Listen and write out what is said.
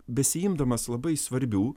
besiimdamas labai svarbių